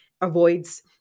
avoids